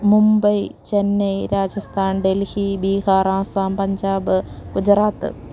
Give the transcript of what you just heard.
Mumbai Chennai Rajasthan Delhi Bihar Assam Punjab Gujarat